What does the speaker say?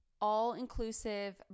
all-inclusive